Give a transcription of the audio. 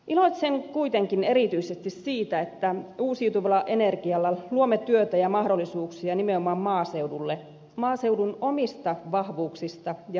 iloitsen kuitenkin erityisesti siitä että uusiutuvalla energialla luomme työtä ja mahdollisuuksia nimenomaan maaseudulle maaseudun omista vahvuuksista ja lähtökohdista käsin